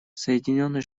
соединенные